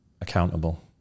accountable